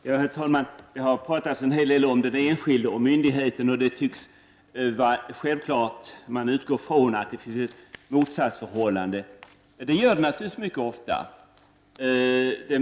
Herr talman! Det har talats en hel del om den enskilde och myndigheten, och det tycks vara självklart att man skall utgå ifrån att det är ett motsatsförhållande. Det är det naturligtvis mycket ofta.